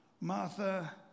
Martha